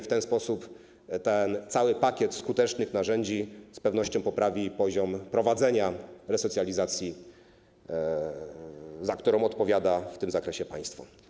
W ten sposób cały pakiet skutecznych narzędzi z pewnością poprawi poziom prowadzenia resocjalizacji, za którą odpowiada w tym zakresie państwo.